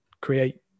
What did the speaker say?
create